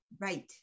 Right